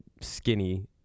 skinny